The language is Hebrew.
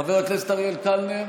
חבר הכנסת אריאל קלנר,